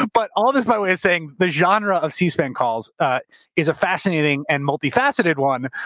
but all of this by way of saying the genre of c-span calls ah is a fascinating and multifaceted one.